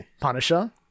Punisher